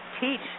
teach